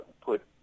put